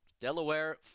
Delaware